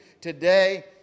today